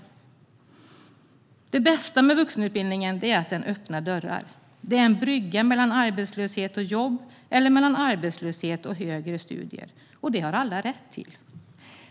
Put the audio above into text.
Det bästa med vuxenutbildningen är att den öppnar dörrar. Den är en brygga mellan arbetslöshet och jobb eller mellan arbetslöshet och högre studier, och alla har rätt till den.